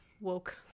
woke